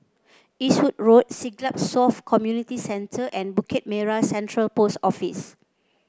Eastwood Road Siglap South Community Center and Bukit Merah Central Post Office